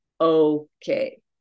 Okay